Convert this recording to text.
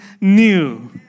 new